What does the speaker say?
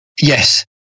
Yes